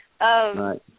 Right